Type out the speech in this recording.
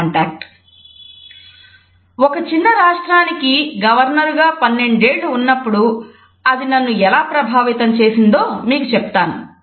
"ఒక చిన్న రాష్ట్రానికి గవర్నరుగా పన్నెండేళ్ళు ఉన్నప్పుడు అది నన్ను ఎలా ప్రభావితం చేసిందో మీకు చెబుతాను